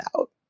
out